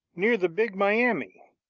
near the big miami,